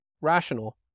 rational